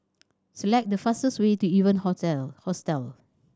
select the fastest way to Evan Hostel